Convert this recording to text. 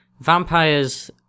Vampires